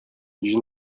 җен